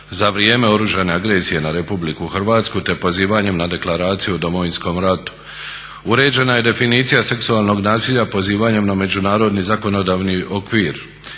za vrijeme oružane agresije na RH te pozivanjem na Deklaraciju o Domovinskom ratu. Uređena je definicija seksualnog nasilja pozivanjem na međunarodni zakonodavni okvir,